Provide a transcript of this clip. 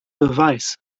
beweis